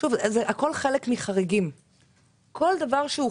הכל זה חלק מחריגים.